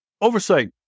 oversight